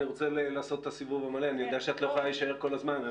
אני רוצה לעשות את הסיבוב המלא ואני יודע שאת לא יכולה להישאר כל הזמן.